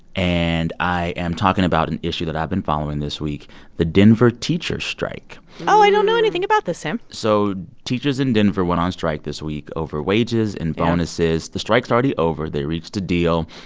and i am talking about an issue that i've been following this week the denver teachers strike oh, i don't know anything about this, sam so teachers in denver went on strike this week over wages and bonuses yeah the strike's already over. they reached a deal.